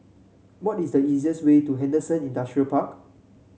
what is the easiest way to Henderson Industrial Park